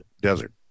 desert